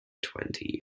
twenty